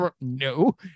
No